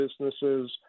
businesses